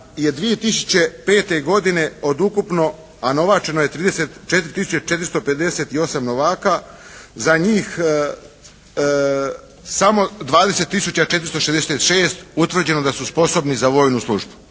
je 2005. godine od ukupno, a novačeno je 34 tisuće 458 novaka, za njih samo 20 tisuća 466 utvrđeno da su sposobni za vojnu službu.